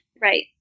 Right